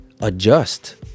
adjust